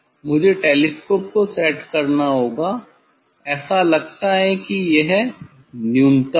मुझे टेलीस्कोप को सेट करना होगा ऐसा लगता है कि यह न्यूनतम है